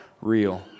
real